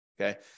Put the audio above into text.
Okay